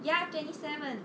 ya twenty seven